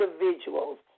individuals